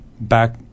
Back